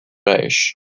reich